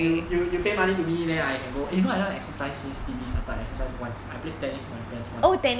you you you pay money to me then I can go in fact I don't exercise since C_B started I exercised once I played tennis with my friends once